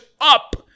up